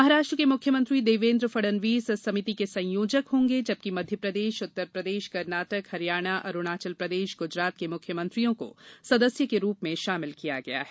महाराष्ट्र के मुख्यमंत्री देवेन्द्र फडणवीस इस समिति के संयोजक होंगे जबकि मध्य प्रदेश उत्तर प्रदेश कर्नाटक हरियाणा अरूणाचल प्रदेश गुजरात के मुख्य मंत्रियों को सदस्य के रूप में शामिल किया गया हैं